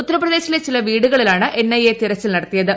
ഉത്തർപ്രദേശിലെ ചില വീടുകളിലാണ് എൻ ഐ എ തിരച്ചിൽ നടത്തിയത്